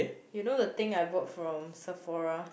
you know the thing I bought from Sephora